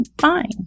Fine